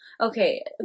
Okay